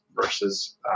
versus